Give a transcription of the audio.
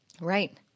Right